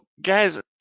guys